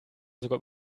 sogar